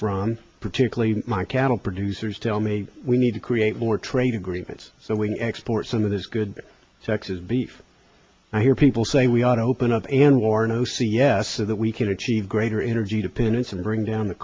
from particularly my cattle producers tell me we need to create more trade agreements so we can export some of this good texas beef i hear people say we ought to open up and warn o c s so that we can achieve greater energy dependence and bring down the